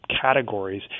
categories